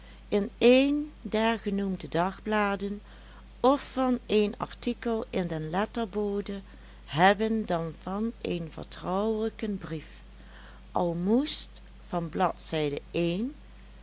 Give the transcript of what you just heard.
in een der genoemde dagbladen of van een artikel in den letterbode hebben dan van een vertrouwelijken brief al moest van bladzijde